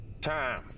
Time